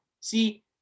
See